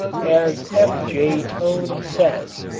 as f j. tone says,